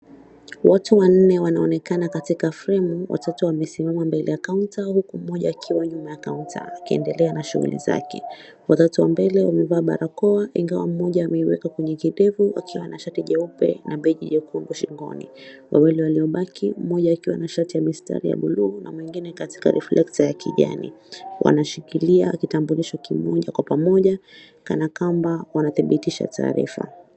Watu wanne wanaonekana katika fremu. Watatu wamesimama mbele ya kaunta huku mmoja akiwa nyuma ya kaunta akiendelea na shughuli zake. Watatu wa mbele wamevaa barakoa ingawa mmoja ameiweka kwenye kidevu akiwa na shati jeupe na begi jekundu shingoni. Wawili waliobaki, mmoja akiwa na shati ya mistari ya buluu na mwingine katika reflector ya kijani. Wanashikilia kitambulisho kimoja kwa pamoja kana kwamba wanadhibitisha taarifa.